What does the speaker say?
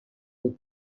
the